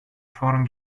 form